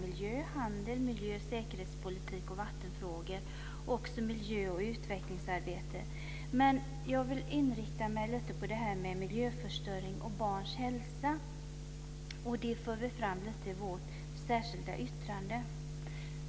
Det gäller miljö och handel, miljö och säkerhetspolitik och vattenfrågor och också miljö och utvecklingsarbete. Men jag vill inrikta mig lite på det här med miljöförstöring och barns hälsa. Det för vi fram lite om i vårt särskilda yttrande.